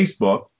Facebook